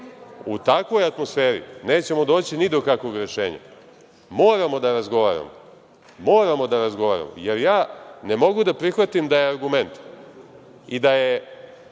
U takvoj atmosferi nećemo doći ni do kakvog rešenja. Moramo da razgovaramo, jer ja ne mogu da prihvatim da je argument i da je